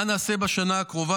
מה נעשה בשנה הקרובה?